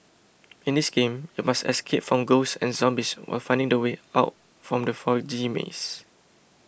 in this game you must escape from ghosts and zombies while finding the way out from the foggy maze